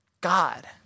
God